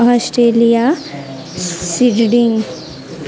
Australia ସିଡ଼ନଙ୍ଗ